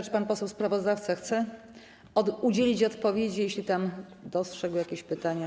Czy pan poseł sprawozdawca chce udzielić odpowiedzi, jeśli dostrzegł, dosłyszał jakieś pytania?